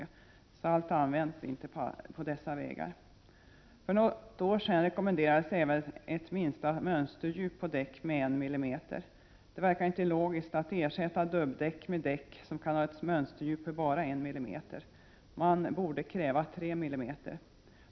89 Salt används inte på dessa vägar. För något år sedan rekommenderades även ett minsta mönsterdjup på däck med 1 mm. Det verkar inte logiskt att ersätta dubbdäck med däck som kan ha ett mönsterdjup på bara I mm. Man borde kräva 3 mm.